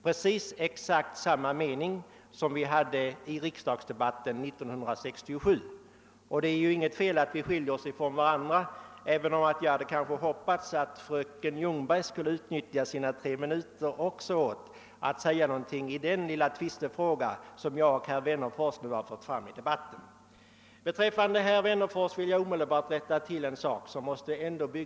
Det är exakt samma mening som vi hade i debatten år 1967. Det är ju inget fel att fröken Ljungberg och jag har olika åsikter härvidlag, även om jag hade hoppats att fröken Ljungberg skulle utnyttja sina tre minuter också för att säga några ord om den lilla tvistefråga som herr Wennerfors och jag fört fram i debatten. Herr Wennerfors sade att jag hade tyckt att hans anförande var dåligt.